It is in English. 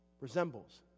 Resembles